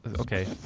Okay